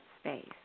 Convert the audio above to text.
space